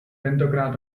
tentokrát